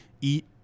eat